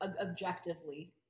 objectively